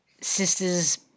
sister's